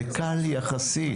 זה קל יחסית.